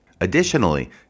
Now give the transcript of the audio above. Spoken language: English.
Additionally